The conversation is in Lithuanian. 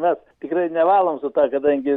mes tikrai nevalom su ta kadangi